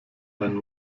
mein